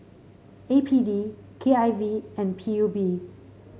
A P D K I V and P U B